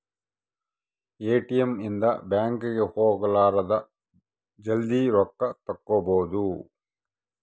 ATM ಇಂದ bank ಗೆ ಹೋಗಲಾರದ ಜಲ್ದೀ ರೊಕ್ಕ ತೆಕ್ಕೊಬೋದು